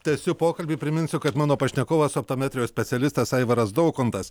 tęsiu pokalbį priminsiu kad mano pašnekovas optometrijos specialistas aivaras daukontas